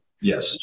Yes